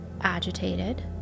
agitated